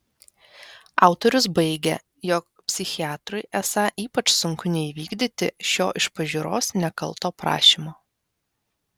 autorius baigia jog psichiatrui esą ypač sunku neįvykdyti šio iš pažiūros nekalto prašymo